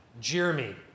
Jeremy